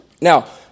Now